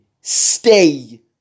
Stay